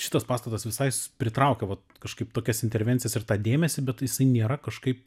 šitas pastatas visai jis pritraukia vat kažkaip tokias intervencijas ir tą dėmesį bet jisai nėra kažkaip